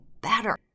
better